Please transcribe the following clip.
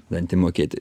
dantį mokėti